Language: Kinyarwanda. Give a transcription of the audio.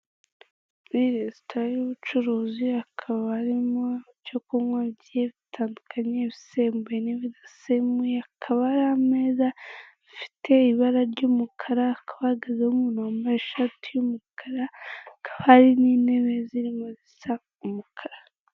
Iyi ni resitora y'ubucuruzi hakaba harimo icyo kunywa bigiye bitandukanye ibisembuye n'ibidasembuye, hakaba hari ameza afite ibara ry'umukara, hakaba hahagazeho umuntu wambaye ishati y'umukara, hakaba hari n'intebe zirimo zisa umukara.